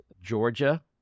Georgia